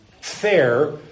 fair